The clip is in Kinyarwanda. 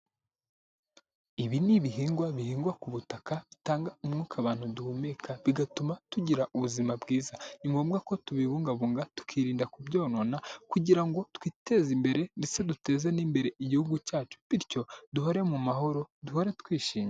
Ibi ni ibihingwa bihingwa ku butaka, bitanga umwuka abantu duhumeka, bigatuma tugira ubuzima bwiza. Ni ngombwa ko tubibungabunga, tukirinda kubyonona kugira ngo twiteze imbere ndetse duteze n'imbere igihugu cyacu, bityo duhore mu mahoro, duhora twishimye.